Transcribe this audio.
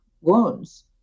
wounds